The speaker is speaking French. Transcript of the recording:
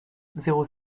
zéro